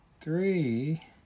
three